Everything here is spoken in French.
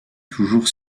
toujours